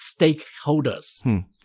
stakeholders